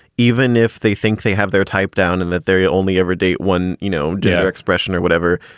even if they think they have their type down and that they're yeah only ever date one. you know, gender expression or whatever.